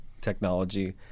technology